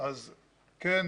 אז כן,